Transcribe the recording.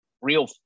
real